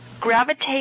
gravitate